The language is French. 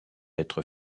être